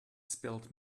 spilt